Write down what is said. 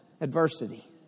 adversity